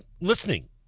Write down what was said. listening